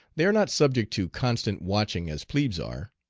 they are not subject to constant watching as plebes are.